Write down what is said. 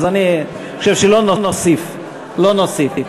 אז אני חושב שלא נוסיף, לא נוסיף.